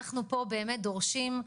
אנחנו פה באמת דורשים,